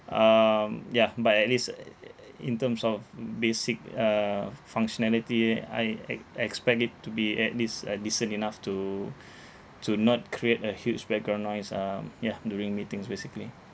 um yeah but at least in terms of basic uh f~ functionality I ex~ expect it to be at least uh decent enough to to not create a huge background noise um yeah during meetings basically